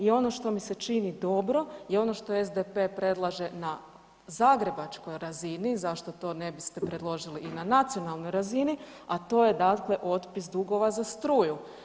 I ono što mi se čini dobro je ono što SDP predlaže na zagrebačkoj razini, zašto to ne biste predložili i na nacionalnoj razini, a to je dakle otpis dugova za struju.